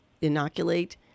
inoculate